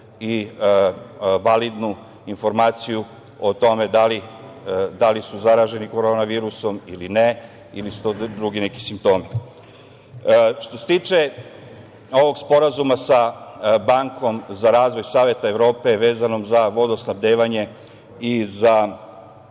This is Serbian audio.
i validnu informaciju o tome da li su zaraženi korona virusom ili ne ili su to drugi neki simptomi. Što se tiče ovog sporazuma sa Bankom za razvoj Saveta Evrope, vezano za vodosnabdevanje i za